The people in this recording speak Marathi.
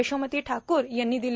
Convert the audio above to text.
यशोमती ठाकूर यांनी आज दिले